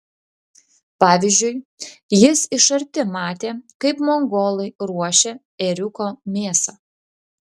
pavyzdžiui jis iš arti matė kaip mongolai ruošia ėriuko mėsą